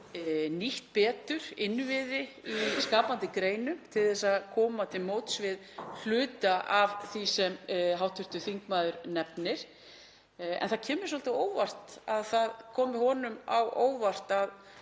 nýtt betur innviði í skapandi greinum til að koma til móts við hluta af því sem hv. þingmaður nefnir. En það kemur svolítið á óvart að það komi honum á óvart að